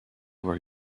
were